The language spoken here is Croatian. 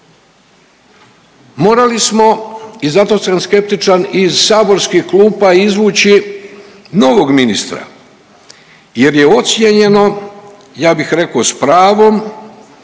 morali smo i zato sam skeptičan iz saborskih klupa izvući novog ministra jer je ocijenjeno, ja bih rekao s pravom